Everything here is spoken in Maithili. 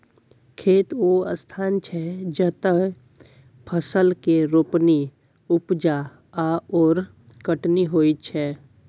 खेत ओ स्थान छै जतय फसल केर रोपणी, उपजा आओर कटनी होइत छै